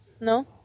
No